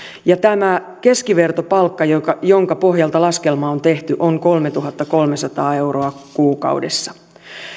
ja tämä keskivertopalkka jonka pohjalta laskelma on tehty on kolmetuhattakolmesataa euroa kuukaudessa